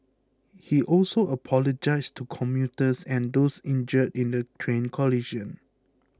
he also apologised to commuters and those injured in the train collision